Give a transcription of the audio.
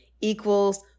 equals